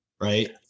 Right